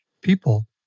people